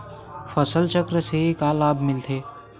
फसल चक्र से का लाभ मिलथे?